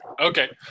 Okay